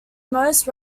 most